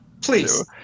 Please